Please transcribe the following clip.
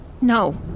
No